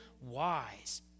wise